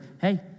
hey